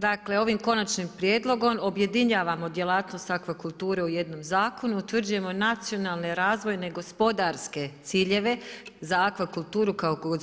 Dakle ovim konačnim prijedlogom objedinjavamo djelatnost akvakulture u jednom zakonu, utvrđujemo nacionalne razvojne, gospodarske ciljeve za akvakulturu kao …